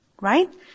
Right